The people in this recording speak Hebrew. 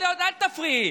אל תפריעי.